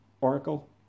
Oracle